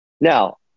Now